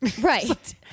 right